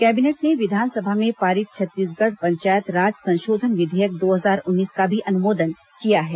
cabinet ने विधानसभा में पारित छत्तीसगढ़ पंचायत राज संशोधन विधेयक दो हजार उन्नीस का भी अनुमोदन किया है